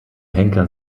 henker